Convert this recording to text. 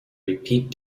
repeat